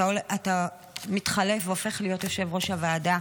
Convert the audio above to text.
אתה מתחלף והופך להיות יושב-ראש הוועדה,